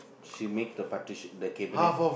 she make the partition the cabinet